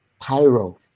Pyro